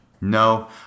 No